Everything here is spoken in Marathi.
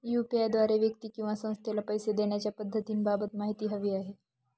यू.पी.आय द्वारे व्यक्ती किंवा संस्थेला पैसे देण्याच्या पद्धतींबाबत माहिती हवी आहे